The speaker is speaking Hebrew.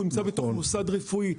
הוא נמצא בתוך מוסד רפואי,